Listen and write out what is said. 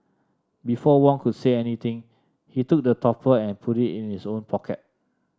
before Wong could say anything he took the topper and put it in his own pocket